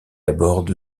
aborde